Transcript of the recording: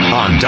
on